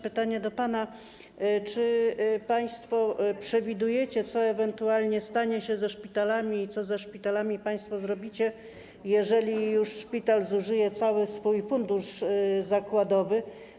Pytanie do pana: Czy państwo przewidujecie, co ewentualnie stanie się ze szpitalami i co ze szpitalami państwo zrobicie, jeżeli szpital zużyje już cały swój fundusz zakładowy?